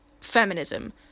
feminism